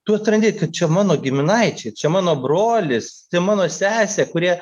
tu atrandi kad čia mano giminaičiai čia mano brolis mano sesė kurie